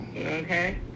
Okay